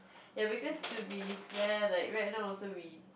ya because to be fair right like now also we